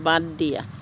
বাদ দিয়া